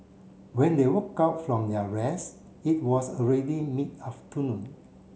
when they woke up from their rest it was already mid afternoon